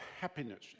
happiness